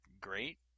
great